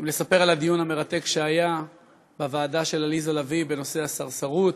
האם לספר על הדיון המרתק שהיה בוועדה של עליזה לביא בנושא הסרסרות,